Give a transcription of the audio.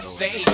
say